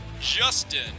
Justin